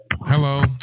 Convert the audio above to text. hello